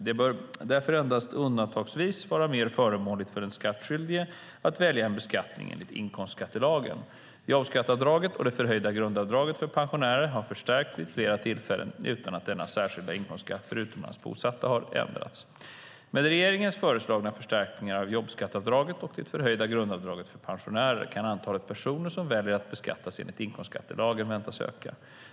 Det bör därför endast undantagsvis vara mer förmånligt för den skattskyldige att välja en beskattning enligt inkomstskattelagen. Jobbskatteavdraget och det förhöjda grundavdraget för pensionärer har förstärkts vid flera tillfällen utan att denna särskilda inkomstskatt för utomlands bosatta har ändrats. Med regeringens föreslagna förstärkningar av jobbskatteavdraget och det förhöjda grundavdraget för pensionärer kan antalet personer som väljer att beskattas enligt inkomstskattelagen väntas öka.